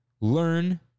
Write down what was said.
learn